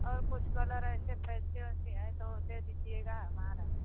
और कुछ कलर ऐसे पैसे वैसे है तो दे दीजिएगा हम आ रहे हैं